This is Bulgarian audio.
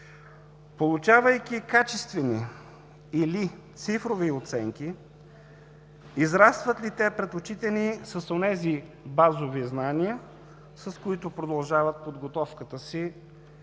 Получавайки качествени или цифрови оценки, израстват ли те пред очите ни с онези базови знания, с които продължават подготовката си